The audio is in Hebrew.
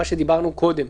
וזה מה שדיברנו קודם.